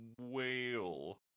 Whale